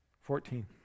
Fourteen